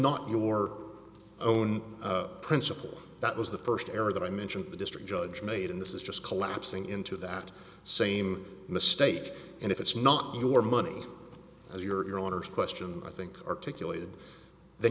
not your own principle that was the first error that i mentioned the district judge made in this is just collapsing into that same mistake and if it's not your money or your daughter's question i think articulated then